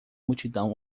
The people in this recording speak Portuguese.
multidão